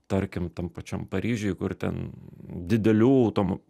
tarkim tam pačiam paryžiuj kur ten didelių automo